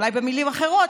אולי במילים אחרות,